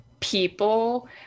people